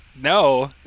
No